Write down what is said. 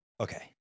Okay